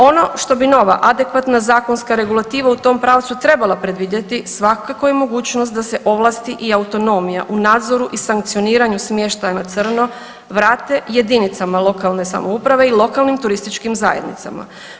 Ono što bi nova adekvatna zakonska regulativa u tom pravcu trebala predvidjeti svakako je mogućnost da se ovlasti i autonomija u nadzoru i sankcioniraju smještaja na crno vrate jedinicama lokalne samouprave i lokalnim turističkim zajednicama.